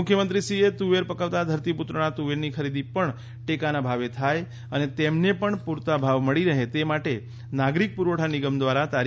મુખ્યમંત્રીશ્રીએ તુવેર પકવતા ધરતીપુત્રોના તુવેરની ખરીદી પણ ટેકાના ભાવે થાય અને તેમને પણ પૂરતા ભાવ મળી રહે તે માટે નાગરિક પુરવઠા નિગમ દ્વારા તા